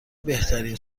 بهترین